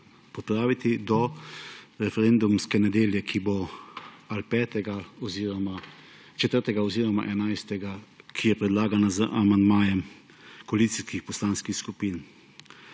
popraviti do referendumske nedelje, ki bo ali 5. oziroma 4. oziroma 11., kot je predlagano z amandmajem koalicijskih poslanskih skupin.